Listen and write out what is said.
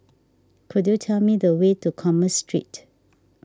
could you tell me the way to Commerce Street